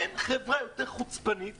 אין חברה יותר חוצפנית